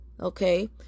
okay